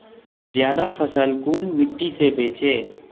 ज्यादा फसल कुन मिट्टी से बेचे?